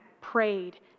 prayed